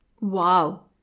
Wow